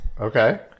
Okay